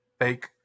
fake